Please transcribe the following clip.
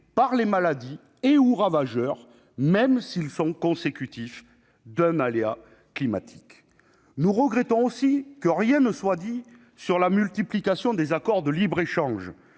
par les maladies ou les ravageurs, même s'ils sont consécutifs à l'aléa climatique. Nous regrettons aussi que rien ne soit dit sur la multiplication des accords de libre-échange,